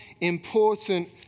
important